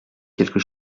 quelque